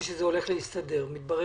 לא מסתדר.